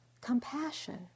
compassion